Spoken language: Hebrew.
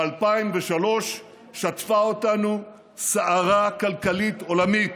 ב-2003 שטפה אותנו סערה כלכלית עולמית,